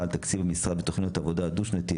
על תקציב המשרד ותוכנית עבודה דו-שנתית,